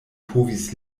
povis